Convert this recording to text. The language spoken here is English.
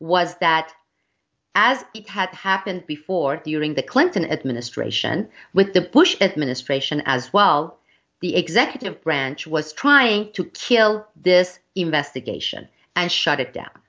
was that as it had happened before during the clinton administration with the push that ministration as well the executive branch was trying to kill this investigation and shut it down